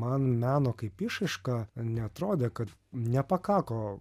man meno kaip išraiška neatrodė kad nepakako